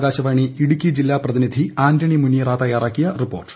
ആകാശവാണി ഇടുക്കി ജില്ലാ പ്രതിനിധി ആന്റണി മുനിയറ തയ്യാറാക്കിയ റിപ്പോർട്ടിലേക്ക്